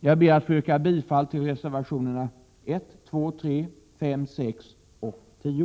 Jag ber att få yrka bifall till reservationerna 1, 2, 3, 5, 6 och 10.